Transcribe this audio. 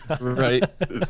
right